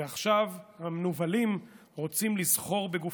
ועכשיו המנוולים רוצים לסחור בגופתו.